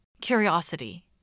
curiosity